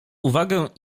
uwagę